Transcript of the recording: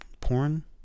porn